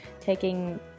taking